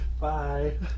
bye